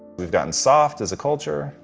we've gotten soft, as a culture.